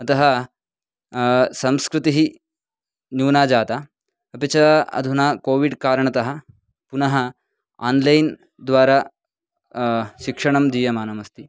अतः संस्कृतिः न्यूना जाता अपि च अधुना कोविड् कारणतः पुनः आन्लैन् द्वारा शिक्षणं दीयमानमस्ति